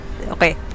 okay